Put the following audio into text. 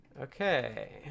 Okay